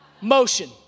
Motion